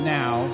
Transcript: now